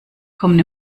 kommen